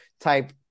type